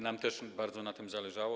Nam też bardzo na tym zależało.